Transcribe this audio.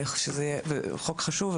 זה חוק חשוב.